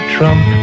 Trump